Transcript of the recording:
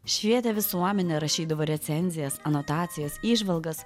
švietė visuomenę rašydavo recenzijas anotacijas įžvalgas